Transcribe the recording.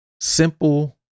simple